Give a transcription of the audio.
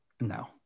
No